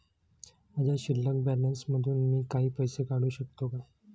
माझ्या शिल्लक बॅलन्स मधून मी काही पैसे काढू शकतो का?